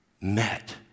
met